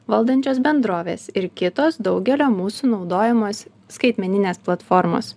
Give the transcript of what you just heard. valdančios bendrovės ir kitos daugelio mūsų naudojamos skaitmeninės platformos